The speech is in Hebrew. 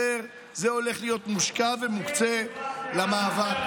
וזה הולך להיות מושקע ומוקצה למאבק.